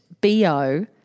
BO